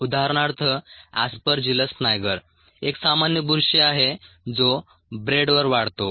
उदाहरणार्थ aspergillus niger एक सामान्य बुरशी आहे जो ब्रेडवर वाढतो